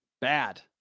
bad